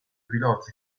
piloti